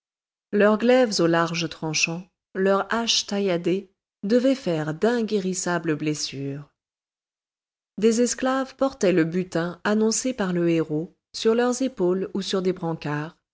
leurs glaives aux larges tranchants leurs haches tailladées devaient faire d'inguérissables blessures des esclaves portaient le butin annoncé par le héraut sur leurs épaules ou sur des brancards